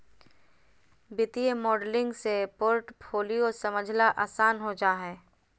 वित्तीय मॉडलिंग से पोर्टफोलियो समझला आसान हो जा हय